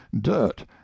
dirt